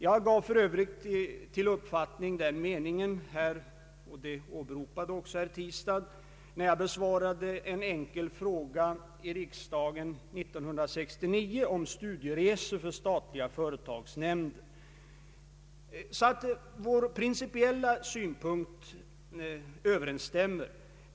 Jag gav för övrigt den uppfattningen till känna — och det åberopade också herr Tistad — när jag besvarade en enkel fråga i riksdagen 1969 om studieresor för statliga företagsnämnder. Våra principiella synpunkter Ööverensstämmer alltså.